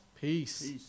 Peace